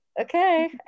okay